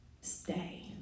Stay